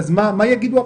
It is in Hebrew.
מה יגידו הפקודים?